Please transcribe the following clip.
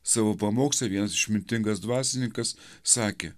savo pamoksle vienas išmintingas dvasininkas sakė